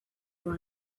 were